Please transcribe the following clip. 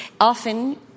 often